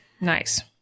Nice